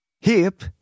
HIP